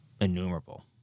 innumerable